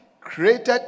created